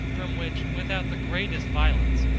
from which, without the greatest violence,